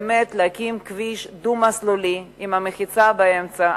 באמת להקים כביש דו-מסלולי עם מחיצה באמצע,